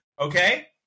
Okay